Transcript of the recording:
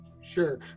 sure